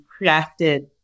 crafted